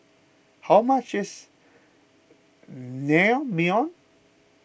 how much is Naengmyeon